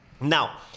Now